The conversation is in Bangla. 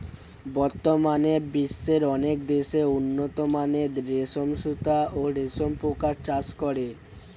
বর্তমানে বিশ্বের অনেক দেশ উন্নতমানের রেশম সুতা ও রেশম পোকার চাষ করে